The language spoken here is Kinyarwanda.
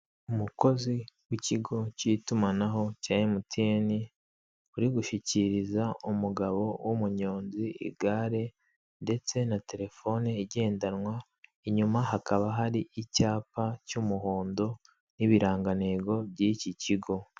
Umukozi w'ikigo cy'itumanaho cya MTN uri gushyikiriza umugabo w'umuyonzi igare ndetse na terefoni igendanwa, inyuma hakaba hari icyapa cy'umuhondo n'ibirangantego by'iki kigo.